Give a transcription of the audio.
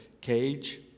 cage